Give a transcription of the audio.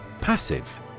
Passive